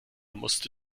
musste